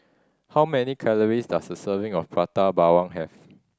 how many calories does a serving of Prata Bawang have